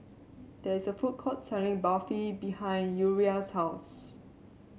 there is a food court selling Barfi behind Uriah's house